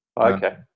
Okay